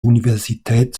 universität